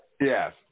Yes